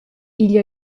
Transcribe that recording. igl